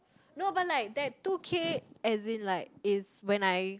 no but like that two K as in like is when I